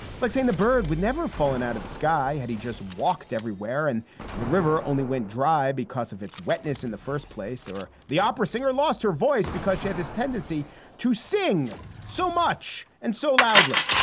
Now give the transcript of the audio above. it's like saying the bird would never fallen out of the sky. had he just walked everywhere in and the river, only went dry because of its wetness in the first place. or the opera singer lost her voice because because she had this tendency to sing so much and so loudly.